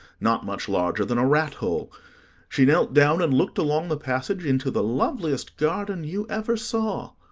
not much larger than a rat-hole she knelt down and looked along the passage into the loveliest garden you ever saw.